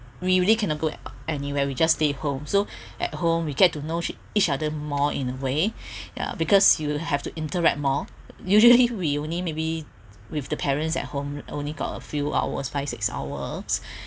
we really cannot go anywhere we just stay home so at home we get to know each other more in a way ya because you'll have to interact more usually we only maybe with the parents at home only got a few hours five six hours